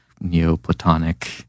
Neoplatonic